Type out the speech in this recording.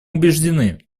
убеждены